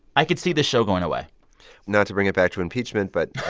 i could see the show going away not to bring it back to impeachment, but.